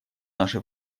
наше